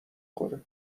خوره